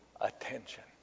attention